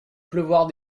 pleuvoir